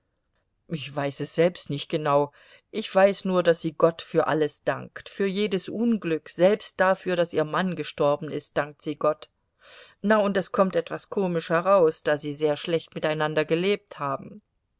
ich weiß es selbst nicht genau ich weiß nur daß sie gott für alles dankt für jedes unglück selbst dafür daß ihr mann gestorben ist dankt sie gott na und das kommt etwas komisch heraus da sie sehr schlecht miteinander gelebt haben